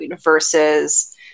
versus